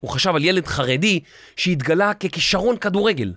הוא חשב על ילד חרדי שהתגלה ככישרון כדורגל.